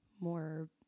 more